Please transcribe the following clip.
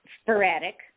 sporadic